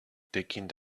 taking